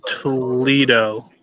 Toledo